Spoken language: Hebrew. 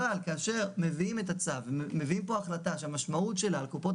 אבל כאשר מביאים את הצו ומביאים פה החלטה שהמשמעות שלה על קופות